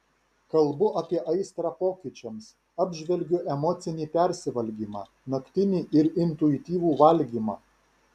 kalbu apie aistrą pokyčiams apžvelgiu emocinį persivalgymą naktinį ir intuityvų valgymą